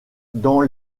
dans